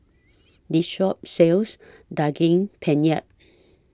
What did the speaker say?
This Shop sells Daging Penyet